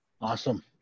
Awesome